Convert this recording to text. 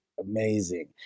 amazing